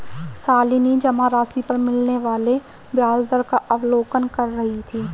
शालिनी जमा राशि पर मिलने वाले ब्याज दर का अवलोकन कर रही थी